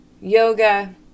yoga